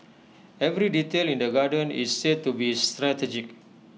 every detail in the garden is said to be strategic